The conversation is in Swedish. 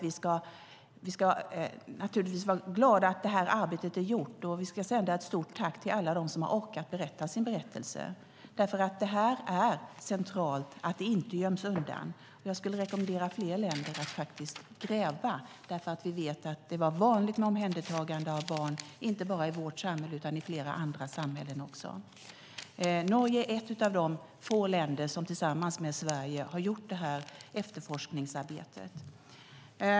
Vi ska naturligtvis vara glada för att arbetet har gjorts, och vi ska sända ett stort tack till alla dem som har orkat berätta. Dessa frågor är centrala och ska inte gömmas undan. Jag skulle rekommendera fler länder att gräva. Vi vet att det var vanligt med omhändertagande av barn inte bara i vårt samhälle utan i flera andra samhällen också. Norge är ett av få länder som tillsammans med Sverige har gjort efterforskningsarbetet.